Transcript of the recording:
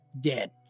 dead